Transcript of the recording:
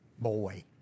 boy